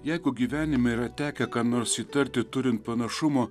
jeigu gyvenime yra tekę ką nors įtarti turint panašumo